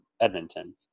Edmonton